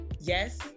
yes